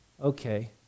Okay